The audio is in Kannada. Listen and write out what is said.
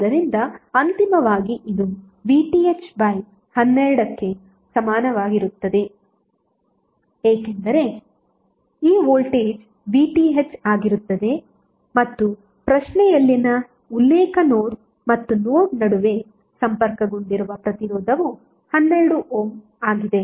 ಆದ್ದರಿಂದ ಅಂತಿಮವಾಗಿ ಇದು VTh 12ಗೆ ಸಮನಾಗಿರುತ್ತದೆ ಏಕೆಂದರೆ ಈ ವೋಲ್ಟೇಜ್ VTh ಆಗಿರುತ್ತದೆ ಮತ್ತು ಪ್ರಶ್ನೆಯಲ್ಲಿನ ಉಲ್ಲೇಖ ನೋಡ್ ಮತ್ತು ನೋಡ್ ನಡುವೆ ಸಂಪರ್ಕಗೊಂಡಿರುವ ಪ್ರತಿರೋಧವು 12 ಓಮ್ ಆಗಿದೆ